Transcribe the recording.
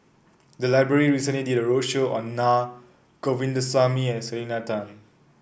the library recently did a roadshow on Naa Govindasamy and Selena Tan